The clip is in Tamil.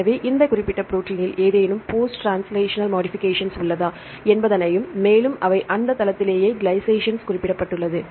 எனவே இந்த குறிப்பிட்ட ப்ரோடீனில் ஏதேனும் போஸ்ட் ட்ரான்ஸ்லஷனல் மோடிஃபிகேஷன்ஸ் உள்ளதா என்பதையும் மேலும் அவை இந்த தளத்திலேயே கிளைசேஷனில் குறிப்பிட்டுள்ளது